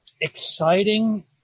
exciting